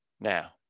Now